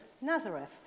Nazareth